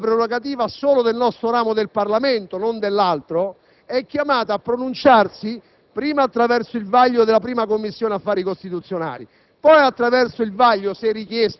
quest'Aula - ed è una prerogativa solo del nostro ramo del Parlamento, non dell'altro - è chiamata a pronunziarsi prima attraverso il vaglio della 1a Commissione affari costituzionali,